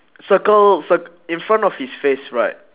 circle cir~ in front of his face right